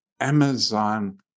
Amazon